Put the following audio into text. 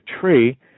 tree